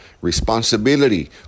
responsibility